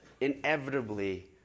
inevitably